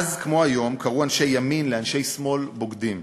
אז כמו היום קראו אנשי ימין לאנשי שמאל בוגדים.